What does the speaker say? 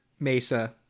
Mesa